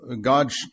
God